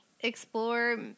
explore